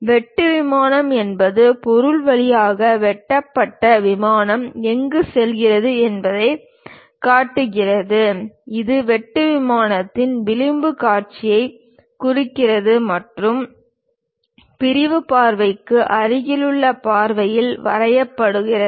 வெட்டு விமானம் என்பது பொருள் வழியாக வெட்டப்பட்ட விமானம் எங்கு செல்கிறது என்பதைக் காட்டுகிறது இது வெட்டு விமானத்தின் விளிம்புக் காட்சியைக் குறிக்கிறது மற்றும் பிரிவு பார்வைக்கு அருகிலுள்ள பார்வையில் வரையப்படுகிறது